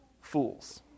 fools